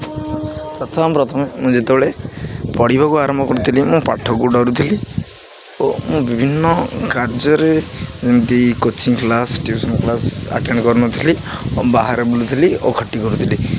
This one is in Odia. ପ୍ରଥମେ ପ୍ରଥମେ ମୁଁ ଯେତେବେଳେ ପଢ଼ିବାକୁ ଆରମ୍ଭ କରୁଥିଲି ମୁଁ ପାଠକୁ ଡ଼ରୁଥିଲି ଓ ମୁଁ ବିଭିନ୍ନ କାର୍ଯ୍ୟରେ ଯେମିତି coaching class tuition class attend କରୁନଥିଲି ଓ ବାହାରେ ବୁଲୁଥିଲି ଓ ଖଟି କରୁଥିଲି